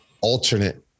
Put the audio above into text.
alternate